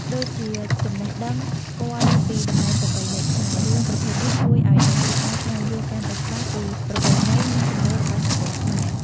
ដូចជា ចំណេះដឹងស្គាល់ពីតម្លៃប្រពៃណីខ្មែរ រឿងប្រភេទនេះជួយឱ្យអ្នកទស្សនាស្វែងយល់កាន់តែច្បាស់ពីប្រពៃណី និងជំនឿរបស់សង្គមខ្មែរ។